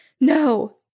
no